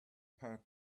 power